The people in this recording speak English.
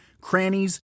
crannies